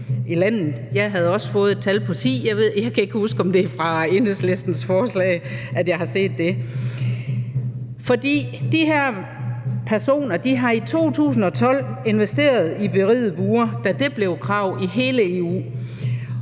Jeg havde også fået et tal på ti; jeg kan ikke huske, om det var i Enhedslistens forslag, at jeg havde set det. De her personer har i 2012 investeret i berigede bure, da det blev et krav i hele EU.